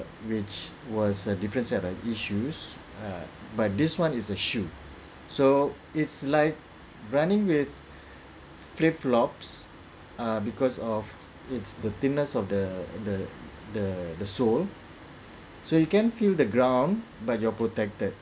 which was a different set of issues but this one is a shoe so it's like running with flip flops because uh of its the thinness of the the the the soul so you can feel the ground but you are protected